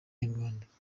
banyarwanda